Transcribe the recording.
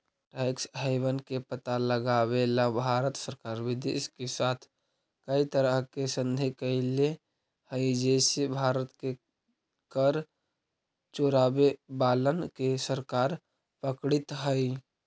tax haven के पता लगावेला भारत सरकार विदेश के साथ कै तरह के संधि कैले हई जे से भारत के कर चोरावे वालन के सरकार पकड़ित हई